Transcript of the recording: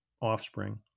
offspring